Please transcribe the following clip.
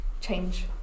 change